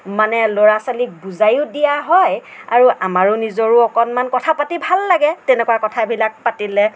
মানে ল'ৰা ছোৱালীক বুজাইও দিয়া হয় আৰু আমাৰো নিজৰো অকণমান কথা পাতি ভাল লাগে তেনেকুৱা কথাবিলাক পাতিলে